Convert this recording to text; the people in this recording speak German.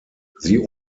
sie